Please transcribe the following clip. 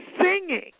singing